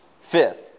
Fifth